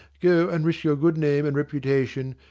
go and risk your good name and reputation,